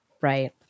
Right